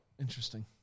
Interesting